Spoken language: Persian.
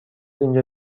اینجا